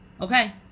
Okay